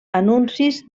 anuncis